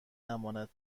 امانت